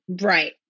Right